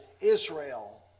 Israel